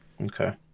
Okay